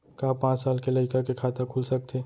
का पाँच साल के लइका के खाता खुल सकथे?